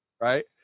Right